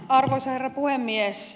arvoisa herra puhemies